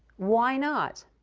why not?